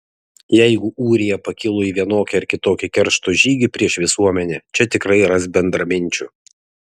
jeigu ūrija pakilo į vienokį ar kitokį keršto žygį prieš visuomenę čia tikrai ras bendraminčių